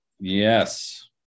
Yes